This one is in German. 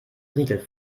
riegel